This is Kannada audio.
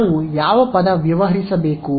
ನಾವು ಯಾವ ಪದ ವ್ಯವಹರಿಸಬೇಕು